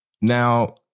Now